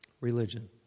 religion